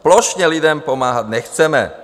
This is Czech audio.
Plošně lidem pomáhat nechceme.